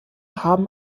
haben